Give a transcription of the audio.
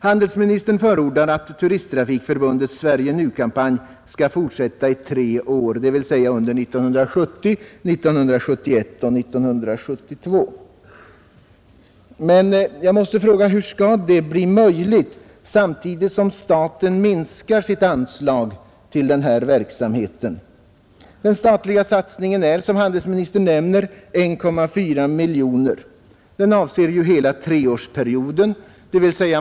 Handelsministern förordar att Turisttrafikförbundets Sverige Nu-kampanj skall fortsätta i tre år, dvs. 1970, 1971 och 1972. Men hur skall det bli möjligt samtidigt som staten minskar sitt anslag till denna verksamhet? Den statliga satsningen är, som handelsministern nämner, 1,4 miljoner kronor. Den avser ju hela treårsperioden.